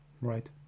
Right